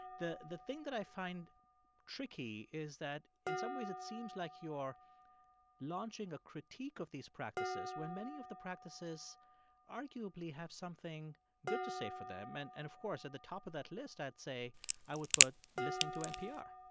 the the thing that i find tricky is that in some ways it seems like you're launching a critique of these practices when many of the practices arguably have something good to say for them. and, and of course, at the top of the list, i'd say i would put listening to npr